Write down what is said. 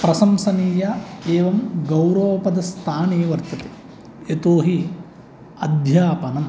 प्रसंशनीया एवं गौरवपदस्थाने वर्तते यतोहि अध्यापनम्